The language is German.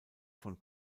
von